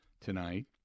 tonight